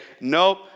nope